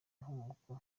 inkomoko